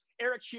Eric